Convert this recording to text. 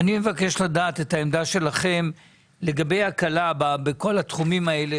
אני מבקש לדעת את העמדה שלכם לגבי הקלה בכל התחומים האלה,